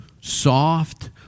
soft